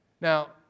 Now